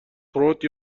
تروت